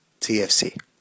TFC